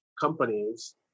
companies